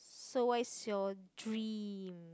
so what's your dream